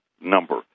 number